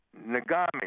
Nagami